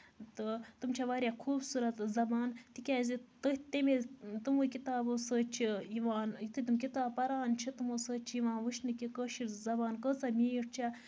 تہٕ تِم چھِ واریاہ خوٗبصوٗرت زبان تِکیازِ تٔتھۍ تِمے تِموٕے کِتابَو سۭتۍ چھےٚ یِوان یِتھُے تِم کِتابہٕ پَران چھِ تِمو سۭتۍ چھُ یِوان وٕچھنہٕ کہِ کٲشِر زَبان کۭژاہ میٖٹھ چھےٚ